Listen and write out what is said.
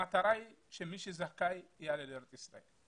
המטרה היא שמי שזכאי, יעלה לארץ ישראל.